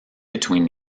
between